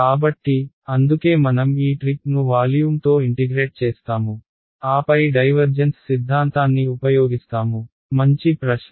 కాబట్టి అందుకే మనం ఈ ట్రిక్ను వాల్యూమ్తో ఇంటిగ్రేట్ చేస్తాము ఆపై డైవర్జెన్స్ సిద్ధాంతాన్ని ఉపయోగిస్తాము మంచి ప్రశ్న